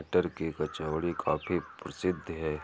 मटर की कचौड़ी काफी प्रसिद्ध है